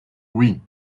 oui